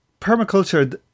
Permaculture